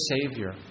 Savior